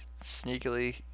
sneakily